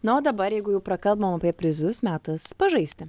na o dabar jeigu jau prakalbom apie prizus metas pažaisti